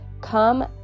come